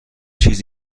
چیز